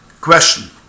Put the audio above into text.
Question